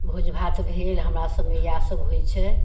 भोज भात भेल हमरा सभमे इएहसभ होइत छै